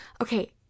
okay